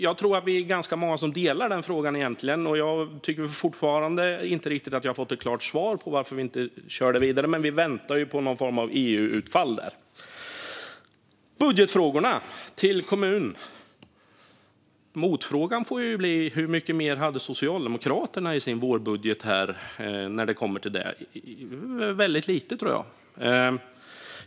Jag tror att vi är ganska många som delar åsikt i frågan om ursprungsmärkningen av kött. Jag tycker fortfarande inte att jag har fått ett riktigt klart svar på varför vi inte körde vidare, men vi väntar ju på någon form av EU-utfall där. När det gäller budgetfrågan och pengar till kommunerna får ju motfrågan bli hur mycket mer pengar till kommunerna som Socialdemokraterna hade i sitt vårbudgetförslag. Det var väldigt lite, tror jag.